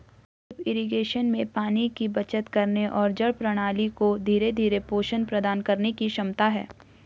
drip irrigation में पानी की बचत करने और जड़ प्रणाली को धीरे धीरे पोषण प्रदान करने की क्षमता है